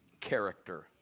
character